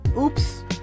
Oops